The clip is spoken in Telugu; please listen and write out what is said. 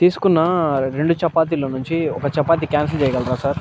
తీసుకున్న రెండు చపాతీలో నుంచి ఒక చపాతీ క్యాన్సిల్ చేయగలరా సార్